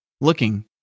looking